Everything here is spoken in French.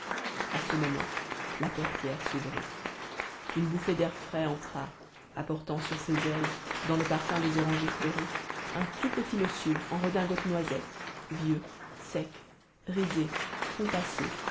a ce moment la portière s'ouvrit une bouffée d'air frais entra apportant sur ses ailes dans le parfum des orangers fleuris un tout petit monsieur en redingote noisette vieux sec ridé compassé